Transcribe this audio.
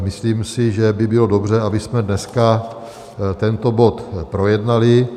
Myslím si, že by bylo dobře, abychom dneska tento bod projednali.